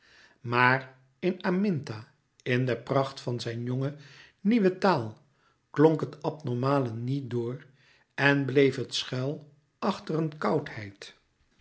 maar in aminta in de pracht van zijn jonge nieuwe taal klonk het abnormale niet door en bleef het schuil achter eene